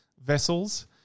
vessels